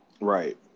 Right